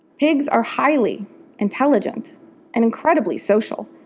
pigs are highly intelligent and incredibly social,